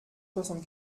soixante